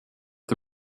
the